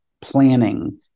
planning